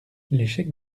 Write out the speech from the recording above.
l’échec